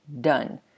done